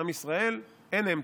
עם ישראל, אין אמצע,